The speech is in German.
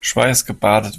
schweißgebadet